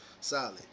solid